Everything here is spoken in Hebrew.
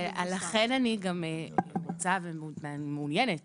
לכן אני רוצה ומעוניינת